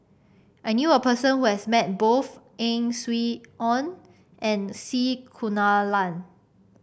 I knew a person who has met both Ang Swee Aun and C Kunalan